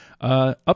Up